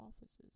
offices